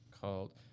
called